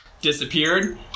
disappeared